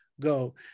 Go